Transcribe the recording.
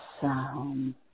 sound